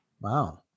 Wow